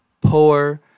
poor